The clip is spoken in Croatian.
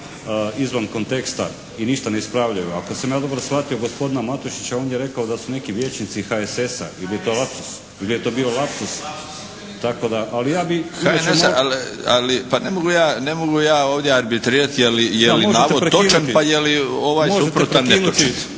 izvan konteksta i ništa ne ispravljaju. Ako sam ja dobro shvatio gospodina Matušića on je rekao da su neki vijećnici HSS-a ili je to lapsus ili je to bio lapsus, tako da, ali ja bi… **Milinović, Darko (HDZ)** HNS-a. Ali, pa ne mogu ja ovdje arbitrirati je li navod točan pa je li suprotan netočan.